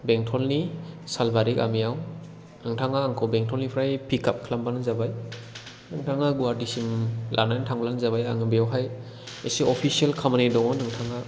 बेंथलनि सालबारि गामियाव नोंथाङा आंखौ बेंथलनिफ्राय पिक आप खालामबानो जाबाय नोंथाङा गुवाहाटिसिम लानानै थांब्लानो जाबाय आङो बेयावहाय एसे अफिसियेल खामानि दङ नोंथाङा